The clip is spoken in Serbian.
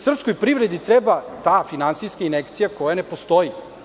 Srpskoj privredi treba ta finansijska injekcija koja ne postoji.